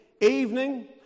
evening